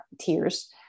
tears